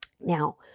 Now